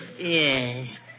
Yes